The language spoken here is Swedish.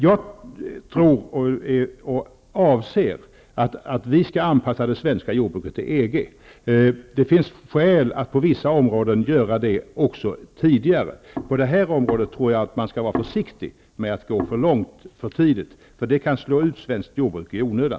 Jag anser att vi skall anpassa det svenska jordbruket till EG. Det finns skäl att på vissa områden göra det tidigare. Jag tror att man skall vara försiktig med att på det här området gå för långt för tidigt. Det kan slå ut svenskt jordbruk i onödan.